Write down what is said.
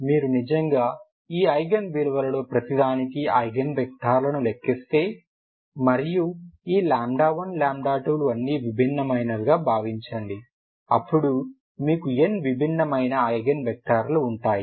మీరు నిజంగా ఈ ఐగెన్ విలువలలో ప్రతిదానికి ఐగెన్ వెక్టర్లను లెక్కిస్తే మరియు ఈ 1 2 లు అన్నీ విభిన్నమైనవిగా భావించండి అప్పుడు మీకు n విభిన్న ఐగెన్ వెక్టర్లు ఉంటాయి